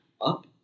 up